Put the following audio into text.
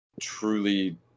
truly